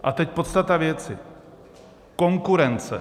A teď podstata věci: konkurence.